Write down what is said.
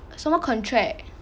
什么 contract